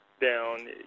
down